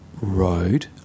road